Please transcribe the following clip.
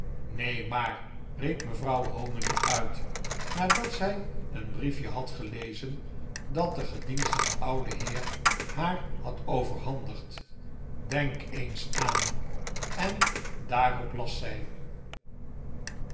neen maar riep mevrouw hominy uit nadat zij een briefje had gelezen dat de gedienstige oude heer haar had overhandigd denk eens aan en daarop las zij